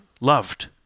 loved